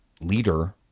leader